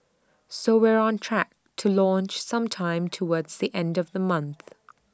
so we're on track to launch sometime towards the end of the month